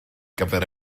gyfer